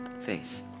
face